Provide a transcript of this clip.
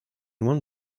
one